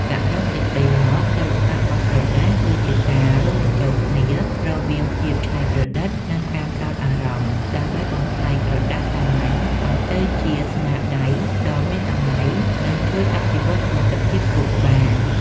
សរុបសេចក្ដីមក សិល្បៈបត់ក្រដាស គឺជាការរួមបញ្ចូលគ្នារវាងភាពច្នៃប្រឌិត និងការផ្ដោតអារម្មណ៍ ដើម្បីបំប្លែងក្រដាសសាមញ្ញឱ្យទៅជាស្នាដៃដ៏មានតម្លៃ និងជួយអភិវឌ្ឍសមត្ថភាពខួរក្បាល។